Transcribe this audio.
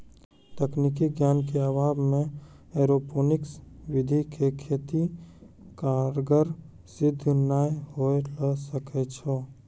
तकनीकी ज्ञान के अभाव मॅ एरोपोनिक्स विधि के खेती कारगर सिद्ध नाय होय ल सकै छो